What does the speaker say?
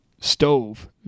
stove